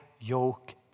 yoke